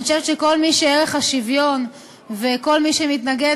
אני חושבת שכל מי שבעד ערך השוויון וכל מי שמתנגד